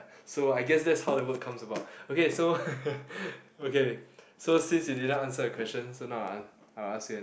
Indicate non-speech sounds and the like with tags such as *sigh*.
so I guess that's how the word comes about okay so *laughs* okay so since you didn't answer the question so now I'll I will ask you